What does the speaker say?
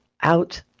out